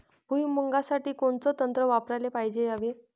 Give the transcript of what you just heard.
भुइमुगा साठी कोनचं तंत्र वापराले पायजे यावे?